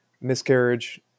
miscarriage